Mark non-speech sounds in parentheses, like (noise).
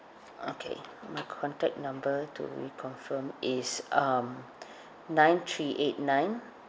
okay my contact number to reconfirm is um (breath) nine three eight nine